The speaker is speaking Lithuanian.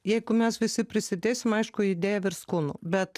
jeigu mes visi prisidėsim aišku idėja virs kūnu bet